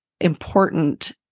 important